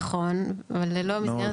נכון, אבל ללא מסגרת תקציבית.